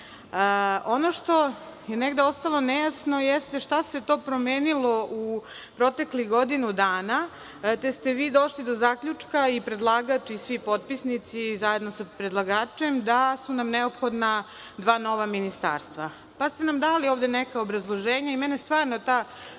što je ostalo nejasno jeste šta se to promenilo u proteklih godinu dana, te ste vi došli do zaključka i predlagač i svi potpisnici, zajedno sa predlagačem, da su nam neophodna dva nova ministarstva. Pa ste nam dali ovde neka obrazloženja i mene stvarno ta